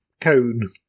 Cone